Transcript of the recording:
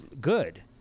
good